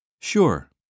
Sure